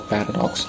Paradox